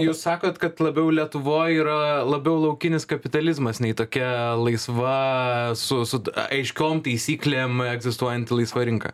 jūs sakot kad labiau lietuvoj yra labiau laukinis kapitalizmas nei tokia laisva su su aiškiom taisyklėm egzistuojanti laisvoji rinka